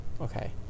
okay